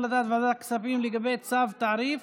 הצעת ועדת הכספים לגבי צו תעריף